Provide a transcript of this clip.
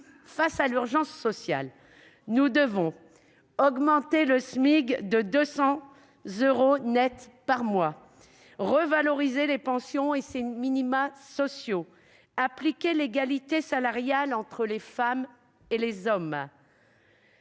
Face à l'urgence sociale, nous devons augmenter le SMIC de 200 euros net par mois, revaloriser les pensions et les minima sociaux, appliquer l'égalité salariale entre les femmes et les hommes,